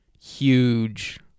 huge